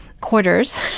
quarters